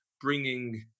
bringing